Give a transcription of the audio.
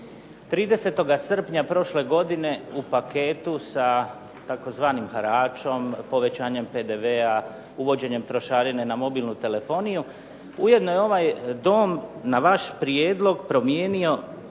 30. srpnja prošle godine u paketu sa tzv. haračem, povećanjem PDV-a, uvođenje trošarine na mobilnu telefoniju ujedno je ovaj dom na vaš prijedlog izmijenio